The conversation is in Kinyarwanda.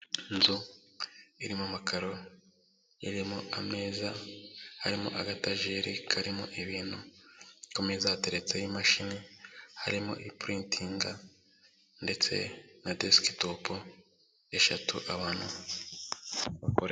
Inzu irimo amakaro, irimo ameza, harimo agatajeri karimo ibintu, ku meza hateretseho imashini, harimo ipuritinga ndetse na desikitopu eshatu, abantu bakora.